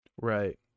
Right